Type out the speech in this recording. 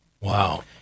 Wow